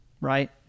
right